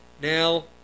Now